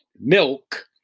milk